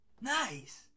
Nice